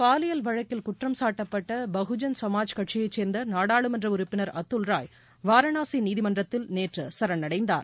பாலியல் வழக்கில் குற்றம் சாட்டப்பட்ட பகுஜன் சமாஜ் கட்சியைச் சேர்ந்த நாடாளுமன்ற உறுப்பினர் அதுல் ராய் வாரணாசிநீதிமன்றத்தில்நேற்று சரணடைந்தார்